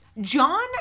John